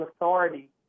authority